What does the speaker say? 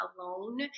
alone